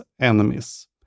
enemies